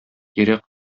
йөрәк